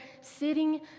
sitting